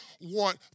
want